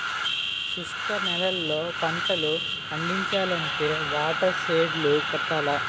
శుష్క నేలల్లో పంటలు పండించాలంటే వాటర్ షెడ్ లు కట్టాల